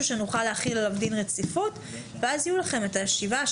שנוכל להחיל עליו דין רציפות ואז יהיו לכם את השבעה,